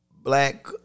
Black